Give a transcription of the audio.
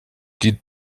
die